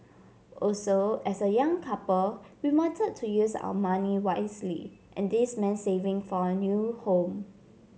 also as a young couple we wanted to use our money wisely and this meant saving for a new home